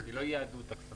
אז לא ייעדו את הכספים.